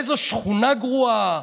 איזו שכונה גרועה,